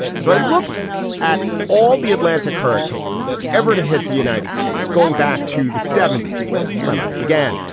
so i looked at all the atlantic hurricanes ever to hit the united states going back to the seventy s when my life began.